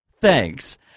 thanks